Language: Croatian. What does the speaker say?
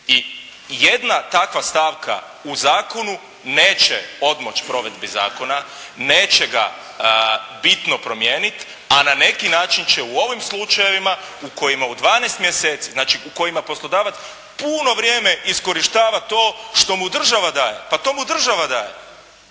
I jedna takva stavka u zakonu neće odmoći provedbi zakona, neće ga bitno promijeniti, a na neki način će u ovim slučajevima u kojima u 12 mjeseci, znači u kojima poslodavac puno vrijeme iskorištava to što mu država daje, pa to mu država daje,